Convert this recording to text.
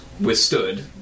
Withstood